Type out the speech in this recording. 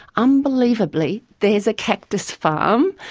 unbelievably, there's a cactus farm,